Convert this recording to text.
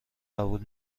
قبول